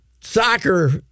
soccer